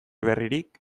berririk